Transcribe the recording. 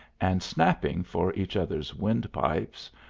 and snapping for each other's wind-pipes,